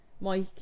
Mike